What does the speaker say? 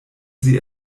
sie